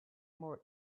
more